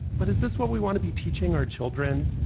but is this what we want to be teaching our children?